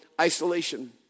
isolation